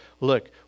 look